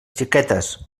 xiquetes